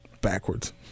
Backwards